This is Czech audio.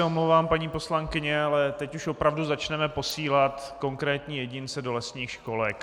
Omlouvám se, paní poslankyně, ale teď už opravdu začneme posílat konkrétní jedince do lesních školek.